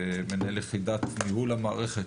מנהל יחידת ניהול המערכת,